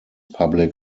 public